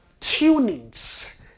tunings